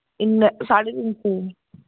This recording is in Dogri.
इन्ना साड्ढे तिन्न सौ